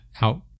out